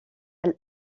elle